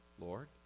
Lord